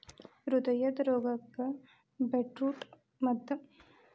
ಹೃದಯದ ರೋಗಕ್ಕ ಬೇಟ್ರೂಟ ಮದ್ದ